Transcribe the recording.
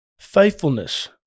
Faithfulness